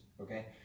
okay